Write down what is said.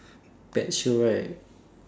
pet show right